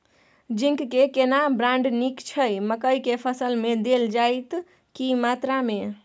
Zinc के केना brand नीक छैय मकई के फसल में देल जाए त की मात्रा में?